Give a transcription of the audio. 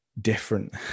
different